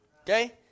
Okay